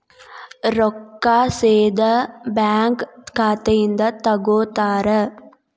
ರೊಕ್ಕಾ ಸೇದಾ ಬ್ಯಾಂಕ್ ಖಾತೆಯಿಂದ ತಗೋತಾರಾ?